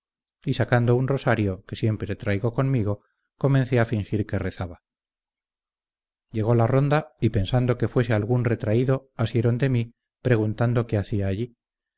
y sacando un rosario que siempre traigo conmigo comencé a fingir que rezaba llegó la ronda y pensando que fuese algún retraído asieron de mí preguntando qué hacia allí